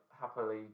happily